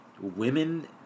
Women